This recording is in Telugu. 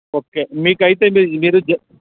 ఓకే మీకైతే మీర్ మీరు జ